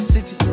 City